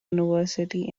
university